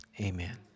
Amen